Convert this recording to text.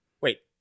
Wait